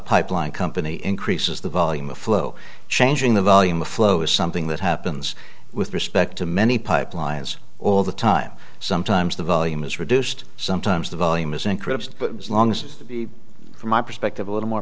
pipeline company increases the volume of flow changing the volume of flow is something that happens with respect to many pipelines all the time sometimes the volume is reduced sometimes the volume is encrypted longs from my perspective a little more